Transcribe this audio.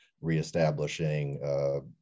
reestablishing